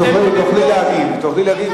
את תוכלי להגיב.